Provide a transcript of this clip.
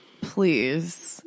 Please